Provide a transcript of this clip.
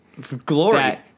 glory